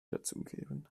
dazugeben